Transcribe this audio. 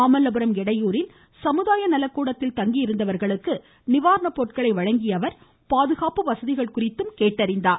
மாமல்லபுரம் எடையூரில் சமுதாய நலக்கூடத்தில் தங்கியிருந்தவர்களுக்கு நிவாரண பொருட்களை வழங்கிய அவர் பாதுகாப்பு வசதிகள் குறித்தும் கேட்டறிந்தார்